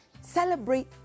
celebrate